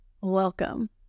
Welcome